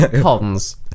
cons